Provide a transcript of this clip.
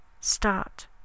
Start